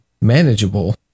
manageable